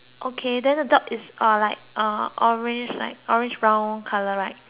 is uh like orange uh like orange brown colour right same colour as